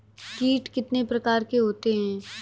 कीट कितने प्रकार के होते हैं?